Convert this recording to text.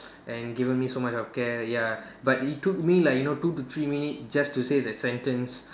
and given me so much of care ya but it took me like you know two or three minute just to say that sentence